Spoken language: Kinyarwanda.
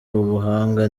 ubuhanga